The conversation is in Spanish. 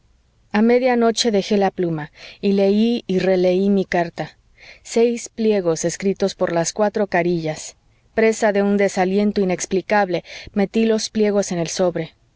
a media noche dejé la pluma y leí y releí mi carta seis pliegos escritos por las cuatro carillas presa de un desaliento inexplicable metí los pliegos en el sobre